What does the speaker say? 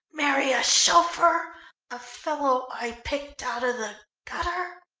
marry a chauffeur? a fellow i picked out of the gutter?